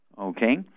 okay